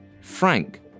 Frank